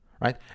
right